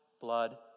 blood